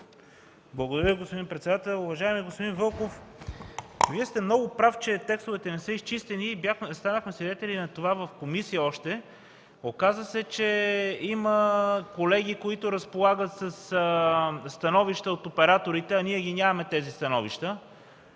Благодаря, господин председател. Уважаеми господин Вълков, Вие сте много прав, че текстовете не са изчистени и станахме свидетели на това още в комисията. Оказа се, че има колеги, които разполагат със становища от операторите, а ние ги нямаме. Добре,